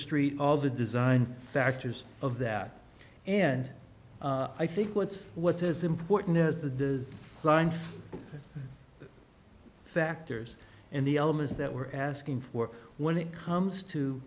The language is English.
street all the design factors of that and i think what's what's as important as the does sign factors and the elements that we're asking for when it comes to